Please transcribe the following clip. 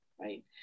right